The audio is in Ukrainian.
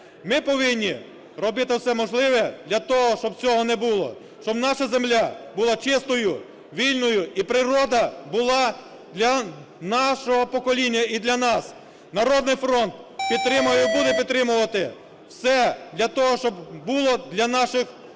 Ми повинні робити все можливе для того, щоб цього не було, щоб наша земля була чистою, вільною і природа була для нашого покоління і для нас. "Народний фронт" підтримує і буде підтримувати все для того, щоб було для наших людей,